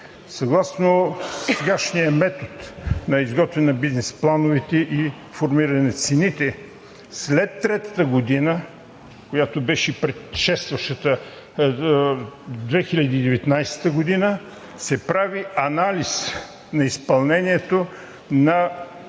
съгласно сегашния метод на изготвяне на бизнес плановете и формирането на цените след третата година, която беше предшестващата – 2019 г., се прави анализ на изпълнението на